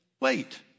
wait